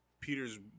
Peter's